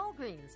Walgreens